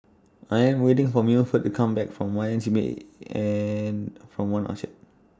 I Am waiting For Milford to Come Back from Y M C A and from one Orchard